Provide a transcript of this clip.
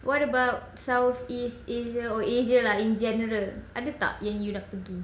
what about southeast asia or asia lah in general ada tak yang you nak pergi